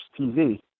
TV